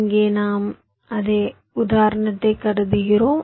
இங்கே நாம் அதே உதாரணத்தை கருதுகிறோம்